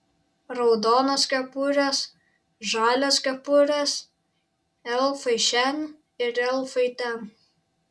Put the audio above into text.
raudonos kepurės žalios kepurės elfai šen ir elfai ten